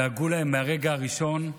דאגו להם מהרגע הראשון,